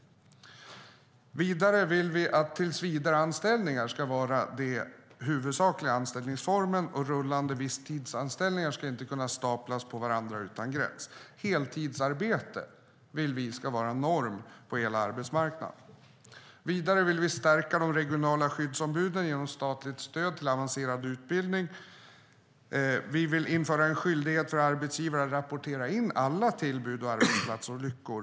För det sjunde vill vi att tillsvidareanställningar ska vara den huvudsakliga anställningsformen och att rullande visstidsanställningar inte ska kunna staplas på varandra utan gräns. Heltidsarbete ska vara norm på hela arbetsmarknaden. För det åttonde vill vi stärka de regionala skyddsombuden genom statligt stöd till avancerad utbildning. För det nionde vill vi införa en skyldighet för arbetsgivare att rapportera in alla tillbud och arbetsplatsolyckor.